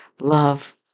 love